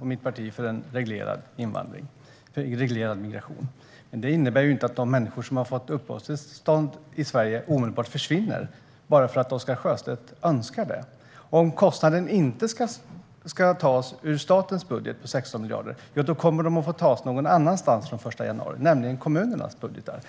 och mitt parti står för en reglerad invandring och migration. Det innebär att de människor som har fått uppehållstillstånd i Sverige inte försvinner omedelbart bara därför att Oscar Sjöstedt önskar det. Om kostnaden inte ska tas ur statens budget på 16 miljarder kommer man att få ta den någon annanstans från den 1 januari, nämligen från kommunernas budgetar.